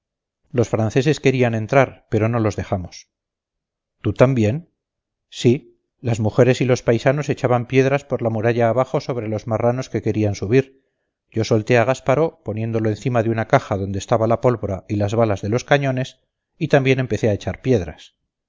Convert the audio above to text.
los franceses querían entrar pero no los dejamos tú también sí las mujeres y los paisanos echaban piedras por la muralla abajo sobre los marranos que querían subir yo solté a gasparó poniéndolo encima de una caja donde estaba la pólvora y las balas de los cañones y también empecé a echar piedras